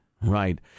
right